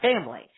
family